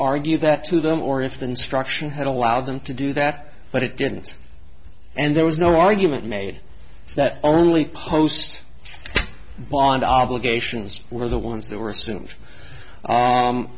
argued that to them or if than struction had allowed them to do that but it didn't and there was no argument made that only post bond obligations were the ones that were